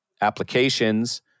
applications